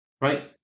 right